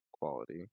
quality